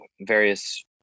various